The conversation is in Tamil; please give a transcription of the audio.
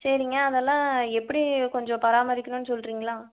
சரிங்க அதெல்லாம் எப்படி கொஞ்சம் பராமரிக்கணும்ன்னு சொல்கிறிங்ளா